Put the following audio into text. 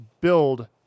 build